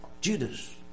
Judas